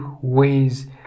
ways